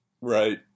Right